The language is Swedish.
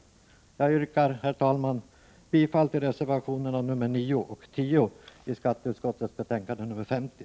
Jag yrkar, herr talman, bifall till reservationerna 9 och 10i skatteutskottets betänkande 50.